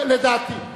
זה, לדעתי.